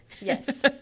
Yes